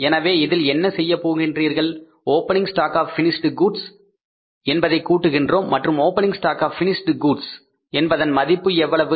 எனவே இதில் என்ன செய்யப் போகின்றீர்கள் opening stock of finished goods என்பதை கூட்டுகின்றோம் மற்றும் opening stock of finished goods என்பதன் மதிப்பு எவ்வளவு